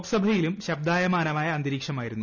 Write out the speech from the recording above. ലോക്സഭയിലും ശബ്ദായമാനമായ അന്തരീക്ഷമായിരുന്നു